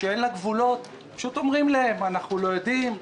שאין לה גבולות פשוט אומרים להם: אנחנו לא יודעים,